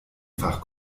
fach